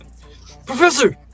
Professor